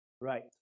Right